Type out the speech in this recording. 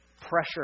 pressure